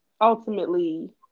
ultimately